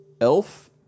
Elf